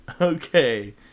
Okay